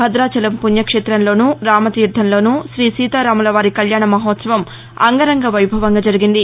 భదాచలం పుణ్యక్షేతంలోను రామతీర్ణంలోనూ శ్రీ సీతారాముల వారి కళ్యాణ మహోత్సవం అంగరంగ వైభవంగా జరిగింది